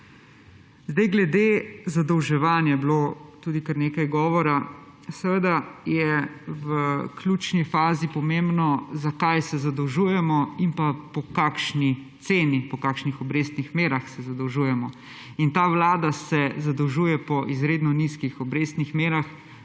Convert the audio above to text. Glede zadolževanja je bilo tudi kar nekaj govora. Seveda je v ključni fazi pomembno, zakaj se zadolžujemo in pa po kakšni ceni, po kakšnih obrestnih merah se zadolžujemo. In ta vlada se zadolžuje po izredno nizkih obrestnih merah.